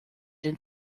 den